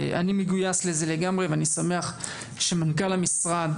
אני מגויס לזה לגמרי ואני שמח שמנכ"ל המשרד